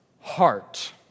heart